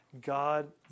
God